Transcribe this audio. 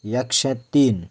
एकशें तीन